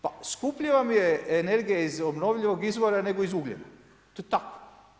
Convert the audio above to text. Pa skuplje vam je energija iz obnovljivog izvora, nego iz ugljena, to je tako.